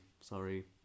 sorry